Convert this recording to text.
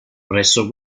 presso